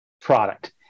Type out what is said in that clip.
product